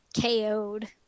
KO'd